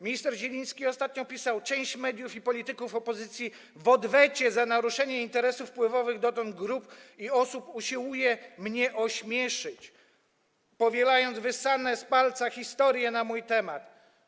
Minister Zieliński ostatnio pisał: Część mediów i polityków opozycji w odwecie za naruszenie interesów wpływowych dotąd grup i osób usiłuje mnie ośmieszyć, powielając wyssane z palca historie na mój temat.